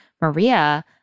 Maria